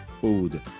food